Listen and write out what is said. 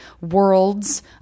worlds